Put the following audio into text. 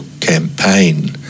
campaign